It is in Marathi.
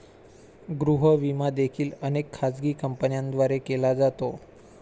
गृह विमा देखील अनेक खाजगी कंपन्यांद्वारे केला जातो